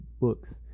books